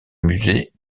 musée